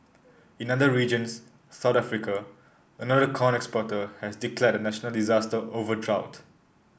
in other regions South Africa another corn exporter has declared a national disaster over drought